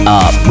up